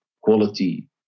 quality